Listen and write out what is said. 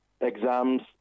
exams